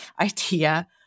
idea